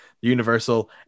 Universal